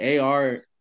ar